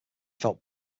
felt